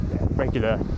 regular